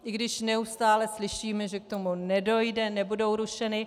I když neustále slyšíme, že k tomu nedojde, nebudou rušeny.